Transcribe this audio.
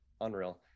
unreal